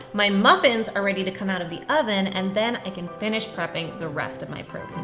my muffins are ready to come out of the oven and then i can finish prepping the rest of my produce.